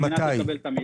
מתי?